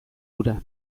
hura